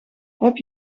heb